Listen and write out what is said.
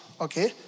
Okay